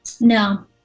No